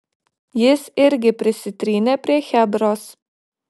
jis irgi prisitrynė prie chebros